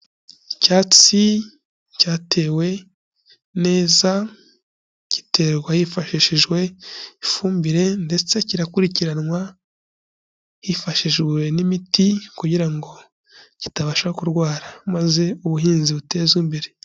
Icyatsi cyatewe neza, giterwa hifashishijwe ifumbire ndetse kirakurikiranwa hifashishijwe n'imiti kugira ngo kitabasha kurwara, maze ubuhinzi butezwe imbere.